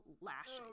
lashing